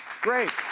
Great